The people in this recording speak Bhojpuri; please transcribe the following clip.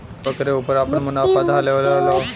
ओकरे ऊपर आपन मुनाफा ध लेवेला लो